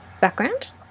background